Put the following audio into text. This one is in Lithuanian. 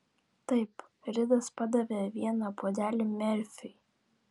taip ridas padavė vieną puodelį merfiui